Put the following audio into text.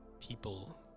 people